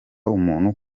umuntu